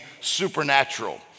supernatural